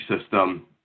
system